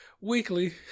weekly